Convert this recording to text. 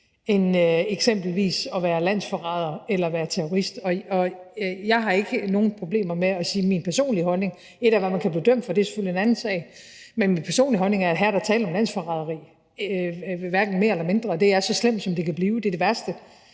end eksempelvis at være »landsforræder« eller at være »terrorist«, og jeg har ikke nogen problemer med at sige min personlige holdning. Et er, hvad man kan blive dømt for, og det er selvfølgelig en anden sag, men min personlige holdning er, at der her er tale om landsforræderi, hverken mere eller mindre. Det er så slemt, som det kan blive. En af de værste